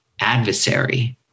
adversary